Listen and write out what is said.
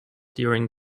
during